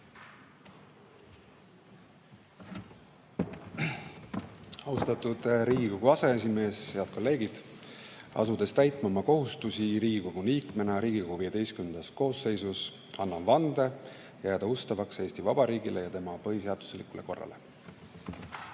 Austatud Riigikogu aseesimees! Head kolleegid! Asudes täitma oma kohustusi Riigikogu liikmena Riigikogu XV koosseisus, annan vande jääda ustavaks Eesti Vabariigile ja tema põhiseaduslikule korrale. (Aplaus.) Austatud Riigikogu aseesimees! Head kolleegid! Asudes täitma oma kohustusi Riigikogu liikmena Riigikogu XV koosseisus, annan vande jääda ustavaks Eesti Vabariigile ja tema põhiseaduslikule korrale.